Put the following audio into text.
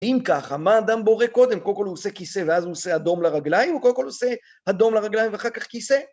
אם ככה, מה אדם בורא קודם? קודם כל הוא עושה כיסא ואז הוא עושה הדום לרגליים, או קודם כל הוא עושה הדום לרגליים ואחר כך כיסא?